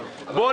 אחד,